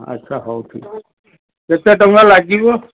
ଆଚ୍ଛା ହଉ ଠିକ୍ ଅଛି କେତେ ଟଙ୍କା ଲାଗିବ